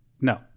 No